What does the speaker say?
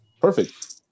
Perfect